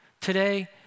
Today